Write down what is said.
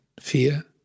fear